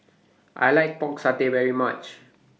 I like Pork Satay very much